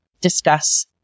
discuss